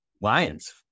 Lions